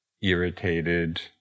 irritated